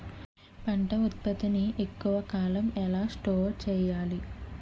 పంట ఉత్పత్తి ని ఎక్కువ కాలం ఎలా స్టోర్ చేయాలి?